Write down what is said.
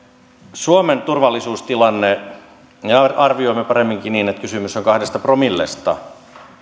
suomen turvallisuustilanne me arvioimme paremminkin niin että kysymys on kahdesta promillesta